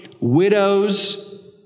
widows